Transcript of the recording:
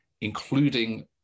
including